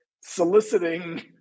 soliciting